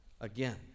Again